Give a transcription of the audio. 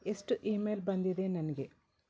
ಎಷ್ಟು ಈ ಮೇಲ್ ಬಂದಿದೆ ನನಗೆ